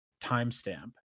timestamp